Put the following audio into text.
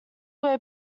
where